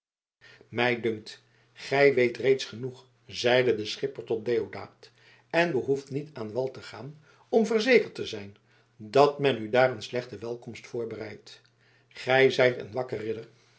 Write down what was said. mij dunkt gij weet reeds genoeg zeide de schipper tot deodaat en behoeft niet aan wal te gaan om verzekerd te zijn dat men u daar een slechte welkomst voorbereidt gij zijt een wakker ridder